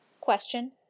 Question